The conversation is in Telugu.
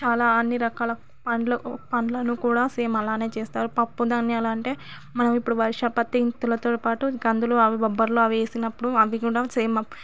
చాలా అన్ని రకాల పండ్లు పండ్లను కూడా సేమ్ అలానే చేస్తారు పప్పు ధాన్యాలు అంటే మనం ఇప్పుడు వర్ష పతితులతో పాటు ఇంకా అందులో అవి బొబ్బర్లు అవి వేసినప్పుడు అవి కూడా సేమ్